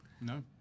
No